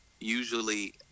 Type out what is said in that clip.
usually